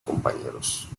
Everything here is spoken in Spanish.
compañeros